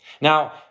Now